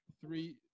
three –